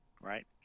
right